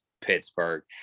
Pittsburgh